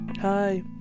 Hi